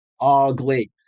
ugly